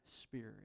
Spirit